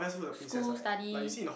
school study